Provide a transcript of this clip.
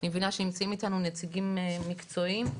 אני מבינה שנמצאים איתנו נציגים מקצועיים.